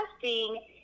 testing